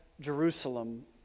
Jerusalem